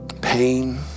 pain